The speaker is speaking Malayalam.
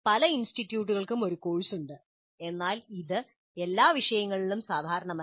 പല ഇൻസ്റ്റിറ്റ്യൂട്ടുകൾക്കും ഒരു കോഴ്സ് ഉണ്ട് എന്നാൽ ഇത് എല്ലാ വിഷയങ്ങളിലും സാധാരണമല്ല